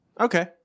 Okay